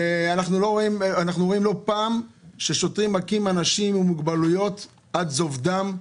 אנחנו רואים לא פעם ששוטרים מכים אנשים עם מוגבלויות עד זוב דם.